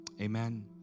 Amen